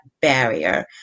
barrier